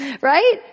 Right